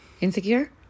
Insecure